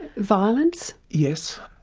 violence? yes,